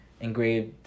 engraved